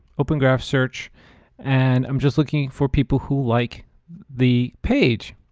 open graph search and i'm just looking for people who like the page.